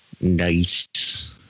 Nice